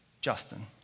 Justin